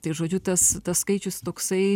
tai žodžiu tas tas skaičius toksai